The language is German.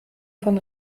von